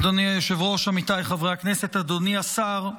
אדוני היושב-ראש, עמיתיי חברי הכנסת, אדוני השר,